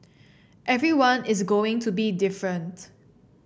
everyone is going to be different